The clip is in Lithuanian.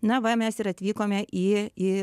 na va mes ir atvykome į į